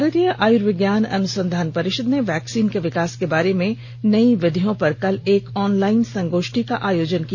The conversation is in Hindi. भारतीय आयुर्विज्ञान अनुसंधान परिषद ने वैक्सीन के विकास के बारे में नई विधियों पर कल एक ऑनलाइन संगोष्ठी का आयोजन किया